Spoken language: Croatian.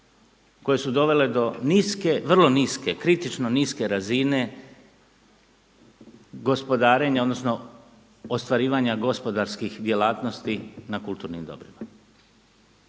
koje su dovele do niske, vrlo niske, kritično niske razine gospodarenja odnosno ostvarivanja gospodarskih djelatnosti na kulturnim dobrima.